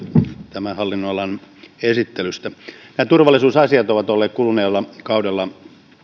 tämän hallinnonalan esittelystä nämä turvallisuusasiat ovat olleet kuluneella kaudella